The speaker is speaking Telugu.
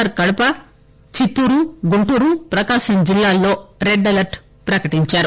ఆర్ కడప చిత్తూరు గుంటూరు ప్రకాశం జిల్లాల్లో రెడ్అలర్ల్ ప్రకటించారు